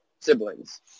siblings